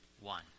one